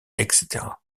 etc